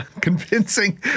convincing